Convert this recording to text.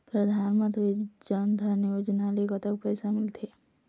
परधानमंतरी जन धन योजना ले कतक पैसा मिल थे?